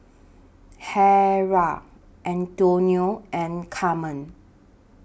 Harrell Antionette and Carmen